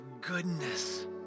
goodness